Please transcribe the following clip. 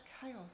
chaos